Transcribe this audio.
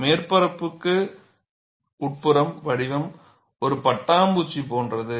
மேற்பரப்புக்கு உட்புறம் வடிவம் ஒரு பட்டாம்பூச்சி போன்றது